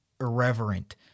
irreverent